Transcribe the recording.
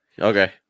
Okay